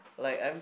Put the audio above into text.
like I'm